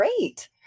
Great